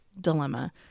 dilemma